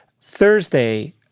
Thursday